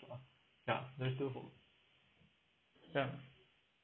ya there's still hope ya